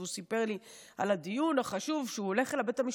והוא סיפר לי על הדיון החשוב שהוא הולך אליו בבית המשפט,